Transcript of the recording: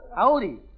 Howdy